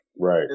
right